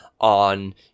on